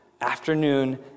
afternoon